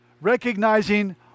recognizing